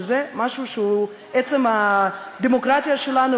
שזה משהו שהוא עצם הדמוקרטיה שלנו,